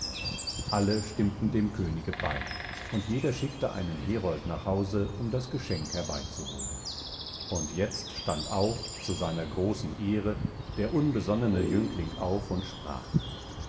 alle stimmten dem könige bei und jeder schickte einen herold nach hause um das geschenk herbeizuholen und jetzt stand auch zu seiner großen ehre der unbesonnene jüngling auf und sprach